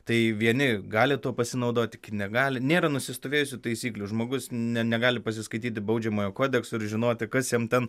tai vieni gali tuo pasinaudoti negali nėra nusistovėjusių taisyklių žmogus ne negali pasiskaityti baudžiamojo kodekso ir žinoti kas jam ten